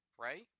right